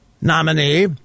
nominee